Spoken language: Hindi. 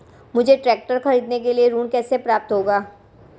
मुझे ट्रैक्टर खरीदने के लिए ऋण कैसे प्राप्त होगा?